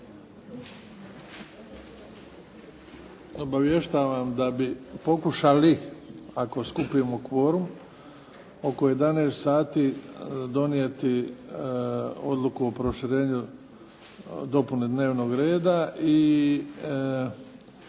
obavještavam da bi pokušali ako skupimo kvorum oko 11 sati donijeti Odluku o proširenju dopune dnevnog reda i